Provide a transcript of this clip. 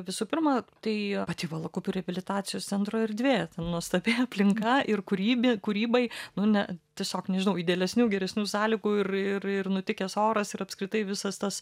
visų pirma tai pati valakupių reabilitacijos centro erdvė nuostabi aplinka ir kūrybė kūrybai nu ne tiesiog nežinau idealesnių geresnių sąlygų ir ir ir nutikęs oras ir apskritai visas tas